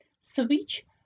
switch